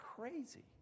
crazy